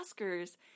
Oscars